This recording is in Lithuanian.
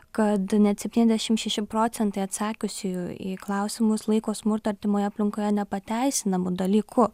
kad net septyniasdešimt šeši procentai atsakiusiųjų į klausimus laiko smurtą artimoje aplinkoje nepateisinamu dalyku